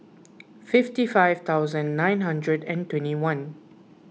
fifty five thousand nine hundred and twenty one